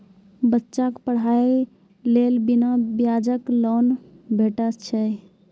बच्चाक पढ़ाईक लेल बिना ब्याजक लोन भेटै छै?